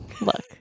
look